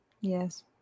Yes